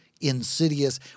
insidious